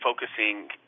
focusing